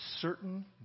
certain